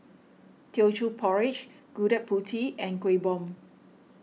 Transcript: Teochew Porridge Gudeg Putih and Kueh Bom